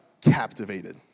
captivated